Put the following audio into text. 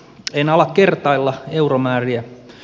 en ala kertailla euromääriä